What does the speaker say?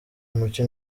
muco